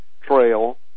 Trail